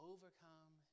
overcome